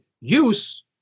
use